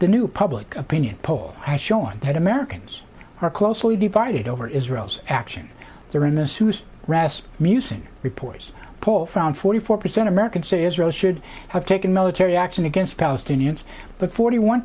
the new public opinion poll has shown that americans are closely divided over israel's action there in the souse ras musing reporters poll found forty four percent american say israel should have taken military action against palestinians but forty one